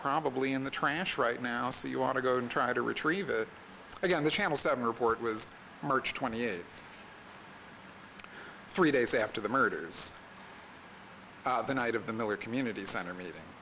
probably in the trash right now so you want to go and try to retrieve it again the channel seven report was march twentieth three days after the murders the night of the miller community center me